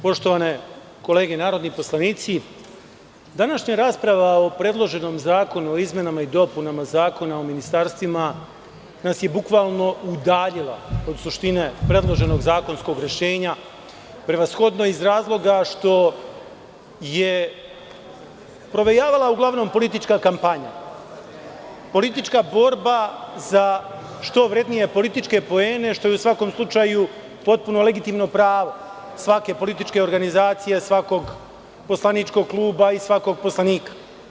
Poštovane kolege narodni poslanici, današnja rasprava o predloženom zakonu, o izmenama i dopunama Zakona o ministarstvima, nas je bukvalno udaljila od suštine predloženog zakonskog rešenja, prevashodno iz razloga što je provejavala uglavnom politička kampanja, politička borba za što vrednije političke poene, što je u svakom slučaju potpuno legitimno pravo svake političke organizacije, svakog poslaničkog kluba i svakog poslanika.